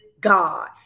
god